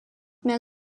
mehr